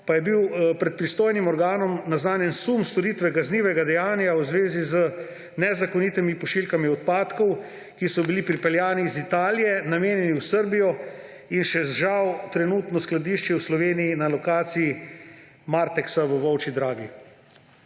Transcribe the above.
pa je bil pred pristojnim organom naznanjen sum storitve kaznivega dejanja v zvezi z nezakonitimi pošiljkami odpadkov, ki so bili pripeljani iz Italije, namenjeni v Srbijo in se žal trenutno skladiščijo v Sloveniji na lokaciji Martexa v Volčji Dragi.